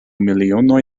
milionoj